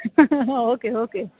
okay okay